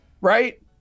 right